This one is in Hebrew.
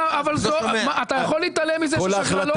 אבל אתה יכול להתעלם מזה שיש הגרלות שעד ה-6.7 --- כל